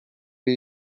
bir